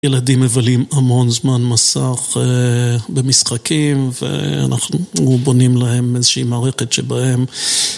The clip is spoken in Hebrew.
ילדים מבלים המון זמן מסך במשחקים ואנחנו בונים להם איזושהי מערכת שבהם